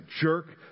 jerk